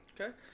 Okay